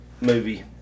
Movie